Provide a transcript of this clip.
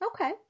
Okay